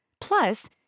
Plus